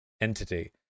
entity